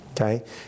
Okay